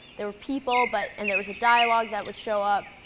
there were people but and there was a dialogue that would show up.